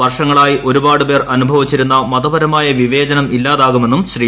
വ്ർഷങ്ങളായി ഒരുപാട്പേർ അനുഭവിച്ചിരുന്ന മതപരമായ വിവേചനം ഇല്ലാതാകുമെന്നും ശ്രീ